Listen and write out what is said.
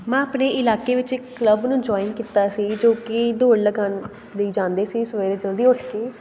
ਮੈਂ ਆਪਣੇ ਇਲਾਕੇ ਵਿੱਚ ਇੱਕ ਕਲੱਬ ਨੂੰ ਜੁਆਇਨ ਕੀਤਾ ਸੀ ਜੋ ਕਿ ਦੌੜ ਲਗਾਉਣ ਲਈ ਜਾਂਦੇ ਸੀ ਸਵੇਰੇ ਜਲਦੀ ਉੱਠ ਕੇ